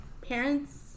parents